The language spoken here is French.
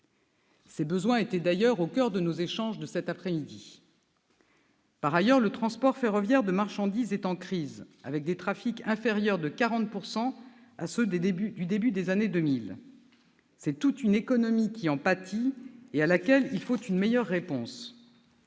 Ces derniers étaient d'ailleurs au coeur de nos échanges cet après-midi. Par ailleurs, le transport ferroviaire de marchandises est en crise, avec des trafics inférieurs de 40 % à ceux du début des années 2000. C'est une situation dont toute une économie pâtit et à laquelle il faut une meilleure réponse.